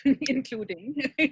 including